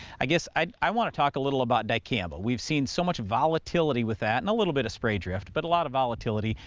i guess i want to talk a little about dicamba. we've seen so much volatility with that and a little bit of spray drift, but a lot of volatility.